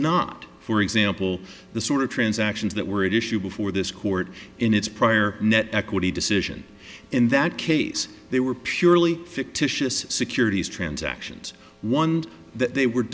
not for example the sort of transactions that were at issue before this court in its prior net equity decision in that case they were purely fictitious securities transactions one that they were